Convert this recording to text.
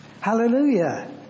Hallelujah